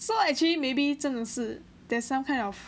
so actually maybe 真的是 there's some kind of